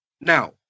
Now